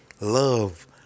love